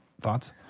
thoughts